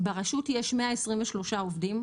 ברשות יש 123 עובדים.